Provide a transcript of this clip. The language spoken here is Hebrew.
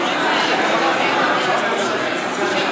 אם הם מחליטים שלא למשוך את החוק,